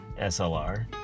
SLR